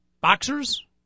boxers